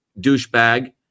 douchebag